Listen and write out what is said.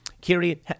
Kiri